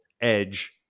edge